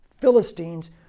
Philistines